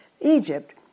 Egypt